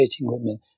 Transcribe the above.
women